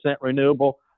renewable